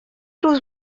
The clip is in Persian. روز